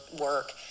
work